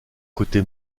côté